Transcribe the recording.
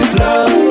love